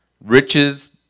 Riches